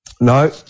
No